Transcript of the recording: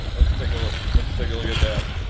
let's take a look. let's take a look at that.